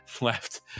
left